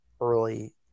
early